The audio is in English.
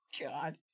God